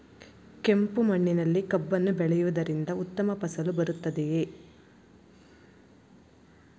ಕೆಂಪು ಮಣ್ಣಿನಲ್ಲಿ ಕಬ್ಬನ್ನು ಬೆಳೆಯವುದರಿಂದ ಉತ್ತಮ ಫಸಲು ಬರುತ್ತದೆಯೇ?